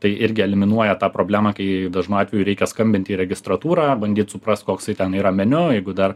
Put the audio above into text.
tai irgi eliminuoja tą problemą kai dažnu atveju reikia skambinti į registratūrą bandyt suprast koksai ten yra meniu jeigu dar